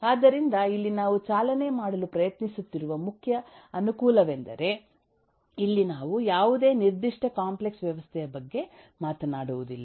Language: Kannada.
ಆದ್ದರಿಂದ ಇಲ್ಲಿ ನಾವು ಚಾಲನೆ ಮಾಡಲು ಪ್ರಯತ್ನಿಸುತ್ತಿರುವ ಮುಖ್ಯ ಅನುಕೂಲವೆಂದರೆ ಇಲ್ಲಿ ನಾವು ಯಾವುದೇ ನಿರ್ದಿಷ್ಟ ಕಾಂಪ್ಲೆಕ್ಸ್ ವ್ಯವಸ್ಥೆಯ ಬಗ್ಗೆ ಮಾತನಾಡುವುದಿಲ್ಲ